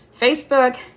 Facebook